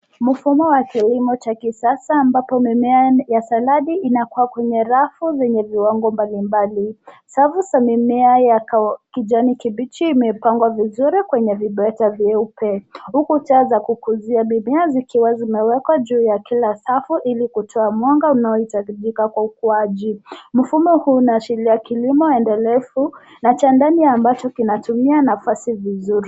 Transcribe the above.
Mfumo wa kilimo cha kisasa ambapo mimea ya saladi inakua kwenye rafu zenye viwango mbalimbali. Safu za mimea ya kijani kibichi imepangwa vizuri kwenye vibeta vyeupe huku bidhaa za kukuza mimea zikiwa zimewekwa juu ya kila safu ili kutoa mwanga unaohitajika kwa ukuaji. Mfumo huu unaashiria kilimo endelevu na cha ndani ambacho kinatumia nafasi vizuri.